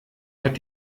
hat